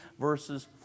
verses